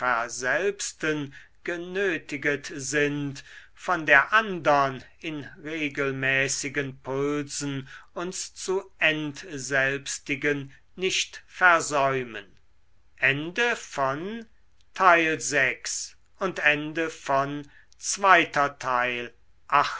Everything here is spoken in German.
verselbsten genötiget sind von der andern in regelmäßigen pulsen uns zu entselbstigen nicht versäumen